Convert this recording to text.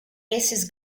esses